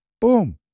boom